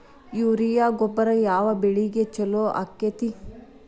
Urea ಗೊಬ್ಬರ ಯಾವ ಬೆಳಿಗೆ ಛಲೋ ಆಕ್ಕೆತಿ?